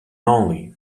only